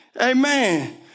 Amen